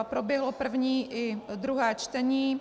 Proběhlo první i druhé čtení.